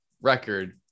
record